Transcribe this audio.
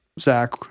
Zach